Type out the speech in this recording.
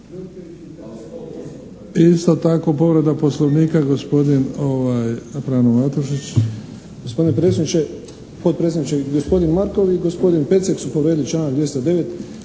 Isto tako povreda Poslovnika, gospodin Frano Matušić.